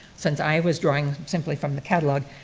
since i was drawing simply from the catalogue,